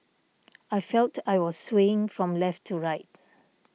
I felt I was swaying from left to right